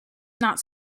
not